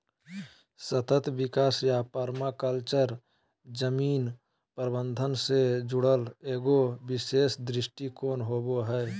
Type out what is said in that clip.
सतत कृषि या पर्माकल्चर जमीन प्रबन्धन से जुड़ल एगो विशेष दृष्टिकोण होबा हइ